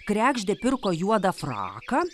kregždė pirko juodą fraką